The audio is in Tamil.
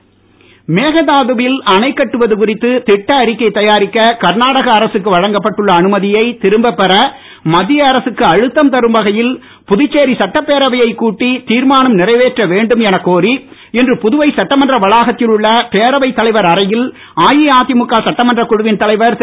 அன்பழகன் மேகதாதுவில் அணைகட்டுவது குறித்து திட்ட அறிக்கை தயாரிக்க கர்நாடக அரசுக்கு வழங்கப்பட்டுள்ள அனுமதியை திரும்ப பெற மத்திய அரசுக்கு அழுத்தம் தரும் வகையில் புதுச்சேரி சட்டப்பேரவையை கூட்டி தீர்மானம் நிறைவேற்ற வேண்டும் எனக் கோரி இன்று புதுவை சட்டமன்ற வளாகத்தில் உள்ள பேரவைத் தலைவர் அறையில் அஇஅதிமுக சட்டமன்ற குழுவின் தலைவர் திரு